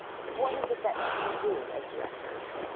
what is it that we do as directors?